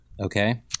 Okay